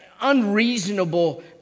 unreasonable